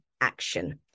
action